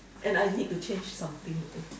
and I need to change something